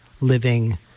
living